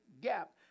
gap